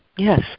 Yes